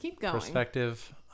perspective